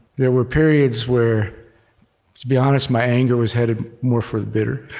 there were periods where, to be honest, my anger was headed more for the bitter.